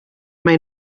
may